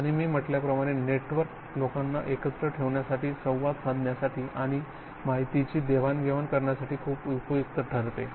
आणि मी म्हटल्याप्रमाणे नेटवर्क लोकांना एकत्र ठेवण्यासाठी संवाद साधण्यासाठी आणि माहितीची देवाणघेवाण करण्यासाठी खूप उपयुक्त ठरते